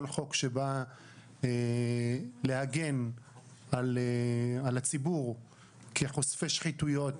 כל חוק שבא להגן על הציבור כחושפי שחיתויות,